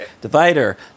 Divider